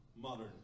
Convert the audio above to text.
modern